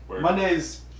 Mondays